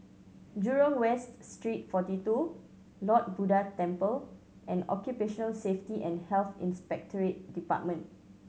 Jurong West Street Forty Two Lord Buddha Temple and Occupational Safety and Health Inspectorate Department